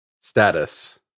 status